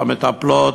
המטפלות,